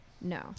no